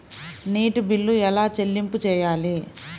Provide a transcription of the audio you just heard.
నీటి బిల్లు ఎలా చెల్లింపు చేయాలి?